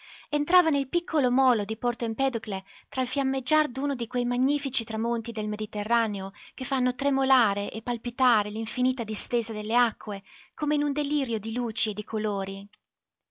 entrava nel piccolo molo di porto empedocle tra il fiammeggiar d'uno di quei magnifici tramonti del mediterraneo che fanno tremolare e palpitare l'infinita distesa delle acque come in un delirio di luci e di colori